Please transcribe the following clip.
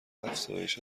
افزایش